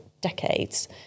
decades